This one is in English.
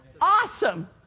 Awesome